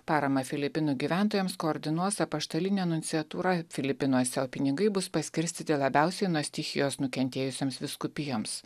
paramą filipinų gyventojams koordinuos apaštalinė nunciatūra filipinuose o pinigai bus paskirstyti labiausiai nuo stichijos nukentėjusioms vyskupijoms